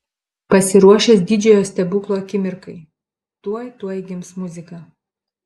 pasiruošęs didžiojo stebuklo akimirkai tuoj tuoj gims muzika